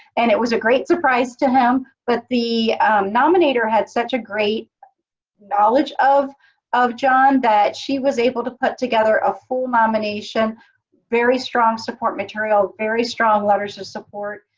and it was a great surprise to him, but the nominator had such a great knowledge of of john that she was able to put together a full nomination very strong support material, very strong letters of support,